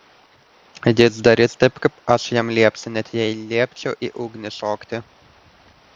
jis darys taip kaip aš jam liepsiu net jei liepčiau į ugnį šokti